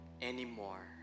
anymore